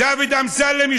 אני